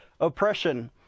oppression